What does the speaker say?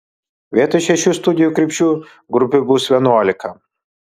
vietoj šešių studijų krypčių grupių bus vienuolika